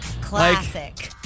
Classic